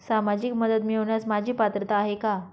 सामाजिक मदत मिळवण्यास माझी पात्रता आहे का?